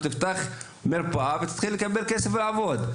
תפתח מרפאה ותתחיל לקבל כסף לעבוד.